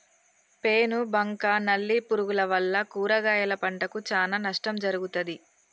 పేను బంక నల్లి పురుగుల వల్ల కూరగాయల పంటకు చానా నష్టం జరుగుతది